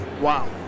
Wow